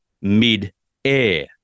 mid-air